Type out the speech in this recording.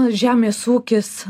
žemės ūkis